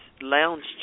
lounge